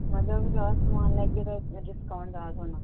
मतलब ज्यादा समान लैगे ते डिस्काउंट ज्यादा थ्होना